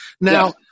Now